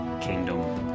kingdom